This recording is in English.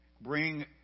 Bring